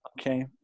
okay